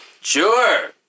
Sure